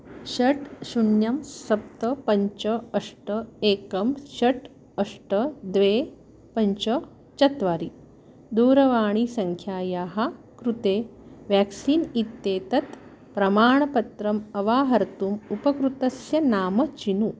षट् शून्यं सप्त पञ्च अष्ट एकं षट् अष्ट द्वे पञ्च चत्वारि दूरवाणीसङ्ख्यायाः कृते व्याक्सीन् इत्येतत् प्रमाणपत्रम् अवाहर्तुम् उपकृतस्य नाम चिनु